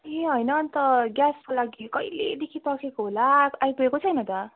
ए होइन अन्त ग्यासको लागि कहिलेदेखि पर्खिएको होला आइपुगेको छैन त